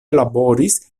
laboris